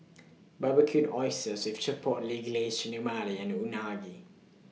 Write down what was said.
Barbecued Oysters with Chipotle Glaze Chigenabe and Unagi